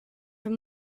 from